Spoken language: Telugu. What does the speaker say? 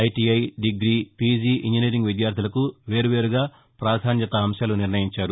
ఐటీఐ దిఁగ్రీ పీజీ ఇంజినీరింగ్ విద్యార్జులకు వేర్వేరుగా ప్రాధాన్యతాంశాలు నిర్ణయించారు